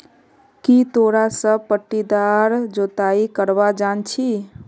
की तोरा सब पट्टीदार जोताई करवा जानछी